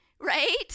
right